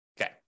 Okay